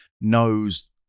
knows